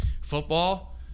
football